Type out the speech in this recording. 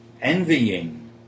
envying